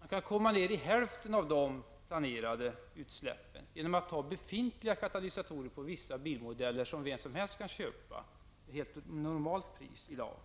Man kan komma ner i hälften av de planerade utsläppen genom att använda befintliga katalysatorer på vissa bilmodeller, som vem som helst kan köpa till normalt pris i dag.